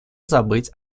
забыть